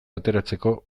ateratzeko